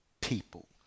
people